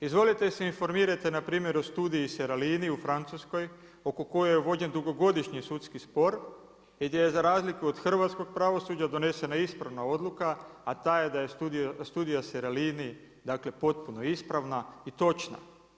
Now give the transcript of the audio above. Izvolite se informirajte npr. o studiji Seralini u Francuskoj oko koje je vođen dugogodišnji sudski spor i gdje je za razliku od hrvatskog pravosuđa donesena ispravna odluka a ta ja je studija Seralini dakle potpuno ispravna i točna.